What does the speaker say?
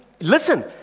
listen